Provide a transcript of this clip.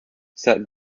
set